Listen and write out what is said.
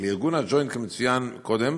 לארגון הג'וינט, כמצוין קודם,